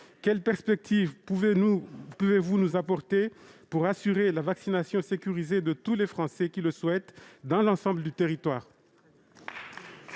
Quelles perspectives pouvez-vous nous apporter pour assurer la vaccination sécurisée de tous les Français qui le souhaitent, sur l'ensemble du territoire ?